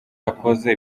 yakoze